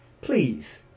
please